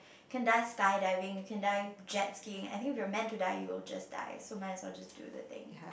can die skydiving can die jetskiing I think if you were meant to die you will just die so might as well just do the things